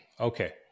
Okay